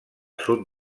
sud